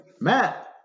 Matt